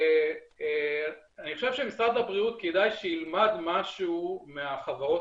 ואני חושב שמשרד הבריאות כדאי שילמד משהו מהחברות